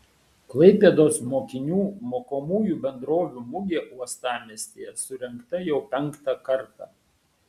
klaipėdos mokinių mokomųjų bendrovių mugė uostamiestyje surengta jau penktą kartą